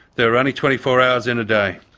there are only twenty four hours in a day.